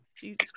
Jesus